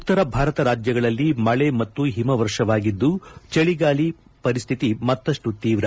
ಉತ್ತರ ಭಾರತ ರಾಜ್ಯಗಳಲ್ಲಿ ಮಳೆ ಮತ್ತು ಹಿಮವರ್ಷವಾಗಿದ್ದು ಚಳಿಗಾಳಿ ಪರಿಸ್ಥಿತಿ ಮತ್ತಷ್ಟು ತೀವ್ರ